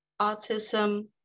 autism